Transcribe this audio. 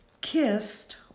kissed